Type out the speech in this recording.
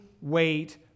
wait